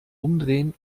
umdrehen